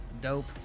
Dope